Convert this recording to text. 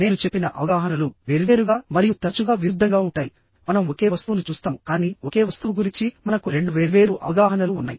నేను చెప్పిన అవగాహనలు వేర్వేరుగా మరియు తరచుగా విరుద్ధంగా ఉంటాయి మనం ఒకే వస్తువును చూస్తాము కానీ ఒకే వస్తువు గురించి మనకు రెండు వేర్వేరు అవగాహనలు ఉన్నాయి